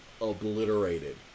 Obliterated